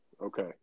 Okay